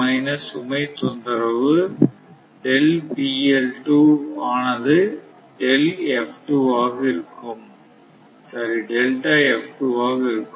minus சுமை தொந்திரவு ஆனது ஆக இருக்கும்